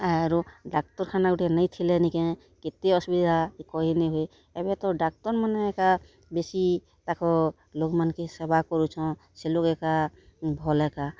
ଆରୁ ଡାକ୍ତରଖାନା ଗୁଟେ ନେଇ ଥିଲେ ନିକେଁ କେତେ ଅସୁବିଧା ଯେ କହି ନାଇଁ ହୁଏ ଏବେ ତ ଡାକ୍ତର୍ମାନେ ଏକା ବେଶୀ ତାକର୍ ଲୋକ୍ମାନ୍କେ ସେବା କରୁଛନ୍ ସେ ଲୋକ୍ ଏକା ଭଲ୍ ଏକା